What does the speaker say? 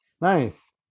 nice